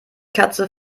katze